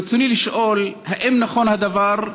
ברצוני לשאול: 1. האם נכון הדבר?